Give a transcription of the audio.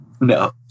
No